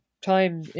time